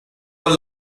were